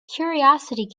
curiosity